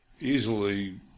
easily